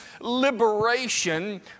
liberation